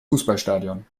fußballstadion